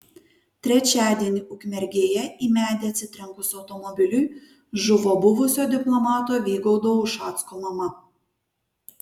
trečiadienį ukmergėje į medį atsitrenkus automobiliui žuvo buvusio diplomato vygaudo ušacko mama